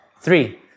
three